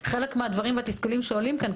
חלק מהדברים והתסכולים שעולים כאן,